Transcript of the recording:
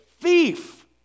thief